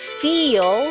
feel